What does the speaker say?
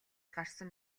гарсан